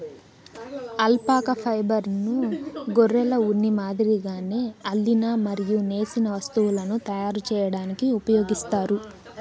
alpaca ఫైబర్ను గొర్రెల ఉన్ని మాదిరిగానే అల్లిన మరియు నేసిన వస్తువులను తయారు చేయడానికి ఉపయోగిస్తారు